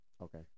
Okay